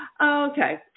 Okay